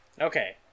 Okay